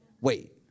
Wait